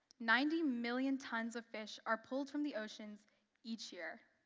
ninety million tons of fish are pulled from the oceans each year.